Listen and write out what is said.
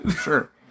Sure